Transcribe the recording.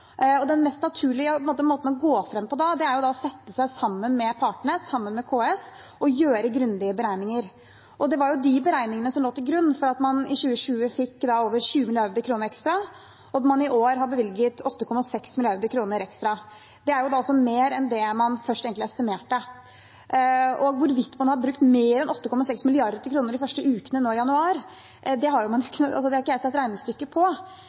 Den mest naturlige måten å gå fram på da er å sette seg sammen med partene, med KS, og gjøre grundige beregninger. Det var de beregningene som lå til grunn for at man i 2020 fikk over 20 mrd. kr ekstra, og at man i år har bevilget 8,6 mrd. kr ekstra. Det er mer enn man først estimerte. Hvorvidt man har brukt mer enn 8,6 mrd. kr de første ukene nå i januar, har ikke jeg sett noe regnestykke på. Men jeg forventer, som statsråden sa, at man hele tiden gjør disse beregningene, og at dersom det